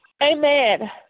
Amen